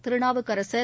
Thirunavukkarasar